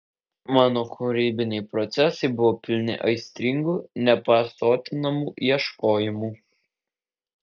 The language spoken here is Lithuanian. mano kūrybiniai procesai buvo pilni aistringų nepasotinamų ieškojimų